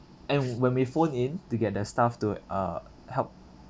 and when we phoned in to get the staff to uh help